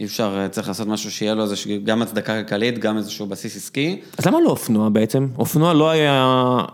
אי אפשר, צריך לעשות משהו שיהיה לו גם הצדקה ריקלית, גם איזשהו בסיס עסקי. אז למה לא הופנוע בעצם? הופנוע לא היה...